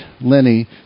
Lenny